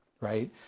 Right